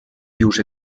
llurs